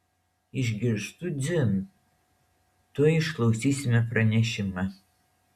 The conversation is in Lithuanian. išgirstu dzin tuoj išklausysime pranešimą